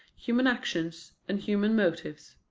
human actions, and human motives.